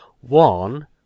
One